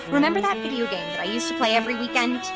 remember that video game i used to play every weekend?